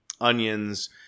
onions